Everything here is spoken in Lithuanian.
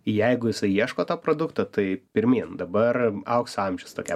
jeigu jisai ieško to produkto tai pirmyn dabar aukso amžius tokiam